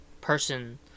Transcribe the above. person